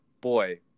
boy